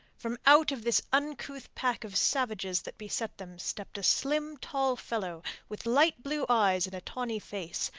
from out of this uncouth pack of savages that beset them, stepped a slim, tall fellow with light-blue eyes in a tawny face,